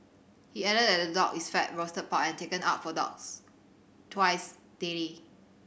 he added that the dog is fed roasted pork and taken out for dogs twice daily